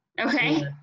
Okay